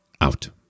out